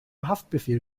haftbefehl